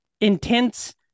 intense